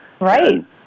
Right